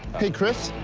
hey, chris?